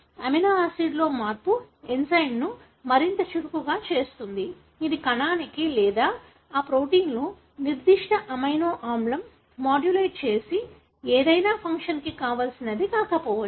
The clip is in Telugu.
అమినో ఆసిడ్లో మార్పు ఎంజైమ్ను మరింత చురుకుగా చేస్తుంది ఇది కణానికి లేదా ఆ ప్రోటీన్లో నిర్దిష్ట అమైనో ఆమ్లం మాడ్యులేట్ చేసే ఏదైనా ఫంక్షన్కు కావాల్సినది కాకపోవచ్చు